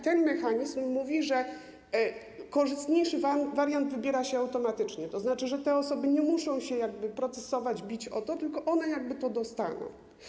Ten mechanizm mówi, że korzystniejszy wariant wybiera się automatycznie, to znaczy, że te osoby nie muszą się procesować, bić o to, tylko one to dostaną.